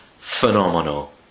phenomenal